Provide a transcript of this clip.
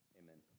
amen